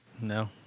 No